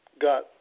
got